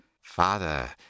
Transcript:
Father